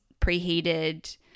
preheated